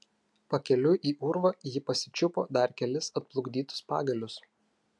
pakeliui į urvą ji pasičiupo dar kelis atplukdytus pagalius